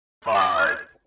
Five